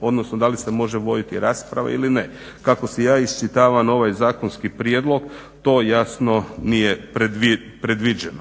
odnosno da li se može voditi rasprava ili ne. Kako si ja iščitavam ovaj zakonski prijedlog to jasno nije predviđeno.